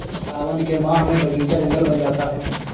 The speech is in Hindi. सावन के माह में बगीचा जंगल बन जाता है